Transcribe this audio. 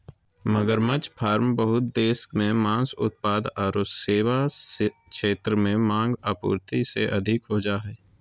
मगरमच्छ फार्म बहुत देश मे मांस उत्पाद आरो सेवा क्षेत्र में मांग, आपूर्ति से अधिक हो जा हई